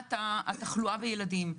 מבחינת תחלואת הילדים,